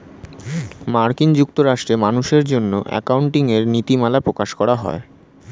মার্কিন যুক্তরাষ্ট্রে মানুষের জন্য অ্যাকাউন্টিং এর নীতিমালা প্রকাশ করা হয়